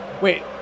Wait